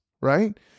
Right